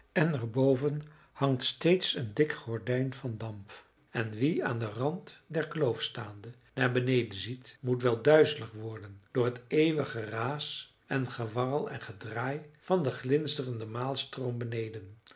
en er boven hangt steeds een dik gordijn van damp en wie aan den rand der kloof staande naar beneden ziet moet wel duizelig worden door het eeuwig geraas en gewarrel en gedraai van den glinsterenden maalstroom beneden